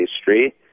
Street